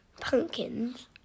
Pumpkins